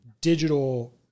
digital